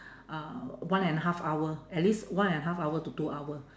uh one and a half hour at least one and a half hour to two hour